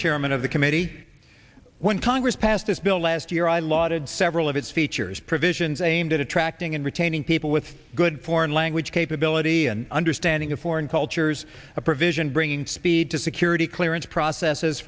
chairman of the committee when congress passed this bill last year i lauded several of its features provisions aimed at attracting and retaining people with good foreign language capability and understanding of foreign cultures a provision bringing speed to security clearance processes